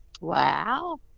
Wow